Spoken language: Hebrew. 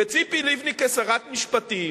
וציפי לבני, כשרת משפטים,